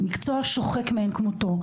מקצוע שוחק מאין כמותו,